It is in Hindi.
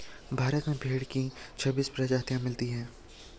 भारत में भेड़ की छब्बीस प्रजाति मिलती है